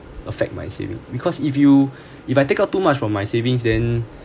affect my savings because if you if I take out too much from my savings then